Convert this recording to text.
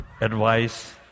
advice